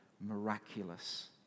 miraculous